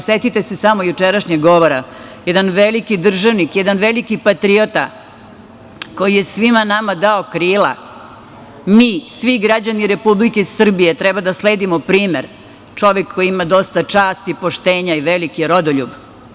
Setite se samo jučerašnjeg govora, jedan veliki državnik, jedan veliki patriota, koji je svima nama dao krila, mi, svi građani Republike Srbije treba da sledimo primer, čovek koji ima dosta časti, poštenja i veliki je rodoljub.